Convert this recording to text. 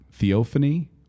Theophany